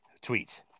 tweet